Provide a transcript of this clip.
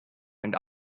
and